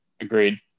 Agreed